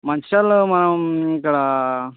మంచిర్యాలలో మనం ఇక్కడ